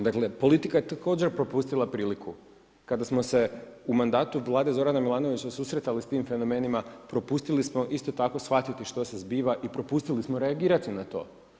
Dakle, politika je također propustila priliku kada smo se u mandatu Vlade Zorana Milanovića susretali s tim fenomenima, propustili smo isto tako shvatiti što se zbiva i propustili smo reagirati na to.